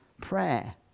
prayer